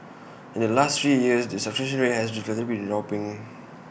in the last three years the subscription rate has relatively been dropping